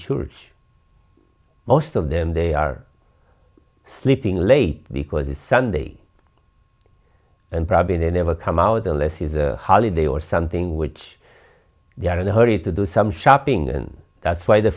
church most of them they are sleeping late because it's sunday and probably they never come out or less is a holiday or something which they are in a hurry to do some shopping and that's why the